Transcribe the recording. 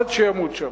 עד שימות שם.